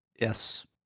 Yes